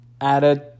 added